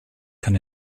kann